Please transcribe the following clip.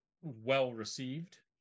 well-received